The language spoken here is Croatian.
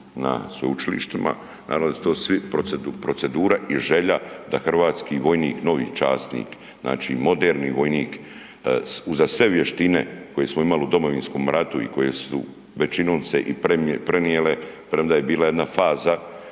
na sveučilištima, naravno da su to svi procedura i želja da hrvatski vojnik, novi časnik, znači moderni vojnik uza sve vještine koje smo imali u Domovinskom ratu i koje su većinom se i prenijele, premda je bila jedna faza